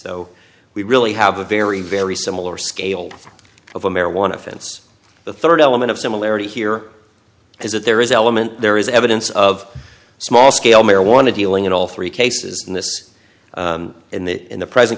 so we really have a very very similar scale of a marijuana offense the rd element of similarity here is that there is element there is evidence of small scale marijuana dealing in all three cases in this in the in the present